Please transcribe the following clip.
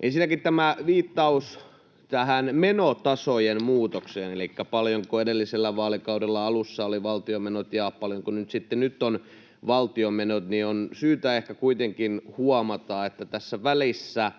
Ensinnäkin tämä viittaus tähän menotasojen muutokseen elikkä siihen, paljonko edellisen vaalikauden alussa olivat valtion menot ja paljonko sitten nyt ovat valtion menot. On syytä ehkä kuitenkin huomata, että tässä välissä